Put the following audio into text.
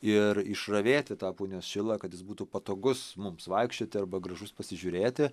ir išravėti tą punios šilą kad jis būtų patogus mums vaikščioti arba gražus pasižiūrėti